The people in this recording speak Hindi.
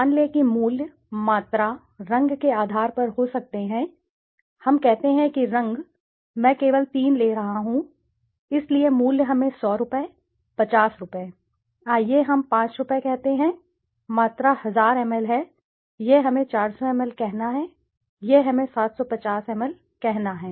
मान लें कि मूल्य मात्रा रंग के आधार पर हो सकते हैं हम कहते हैं कि रंग मैं केवल तीन ले रहा हूं इसलिए मूल्य हमें १०० रुपये ५० रुपये आइए हम ५ रुपये कहते हैं मात्रा १००० एमएल है यह हमें 400ml कहना है यह हमें 750ml कहना है